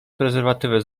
prezerwatywy